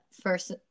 first